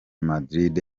madrid